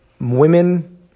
Women